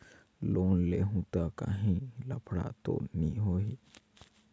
Loan लेहूं ता काहीं लफड़ा तो नी होहि?